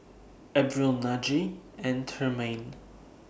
Abril Najee and Tremaine